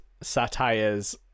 satires